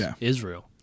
Israel